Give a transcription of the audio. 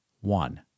one